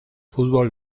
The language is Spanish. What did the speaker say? fútbol